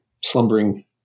slumbering